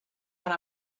and